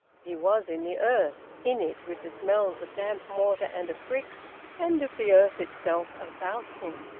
he was in the earth, in it, with the smells of damp mortar and of bricks and of the earth itself about him,